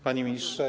Panie Ministrze!